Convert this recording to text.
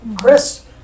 Chris